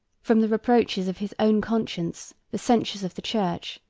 from the reproaches of his own conscience, the censures of the church,